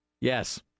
Yes